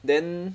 then